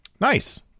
Nice